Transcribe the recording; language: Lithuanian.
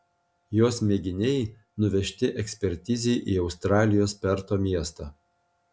jos mėginiai nuvežti ekspertizei į australijos perto miestą